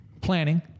Planning